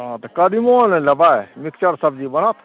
हँ तऽ कदिमो ने लेबय मिक्सचर सब्जी बनत